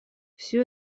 все